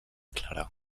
clara